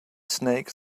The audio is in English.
snake